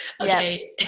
okay